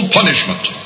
punishment